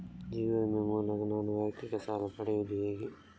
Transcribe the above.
ಜೀವ ವಿಮೆ ಮೂಲಕ ನಾನು ವೈಯಕ್ತಿಕ ಸಾಲ ಪಡೆಯುದು ಹೇಗೆ?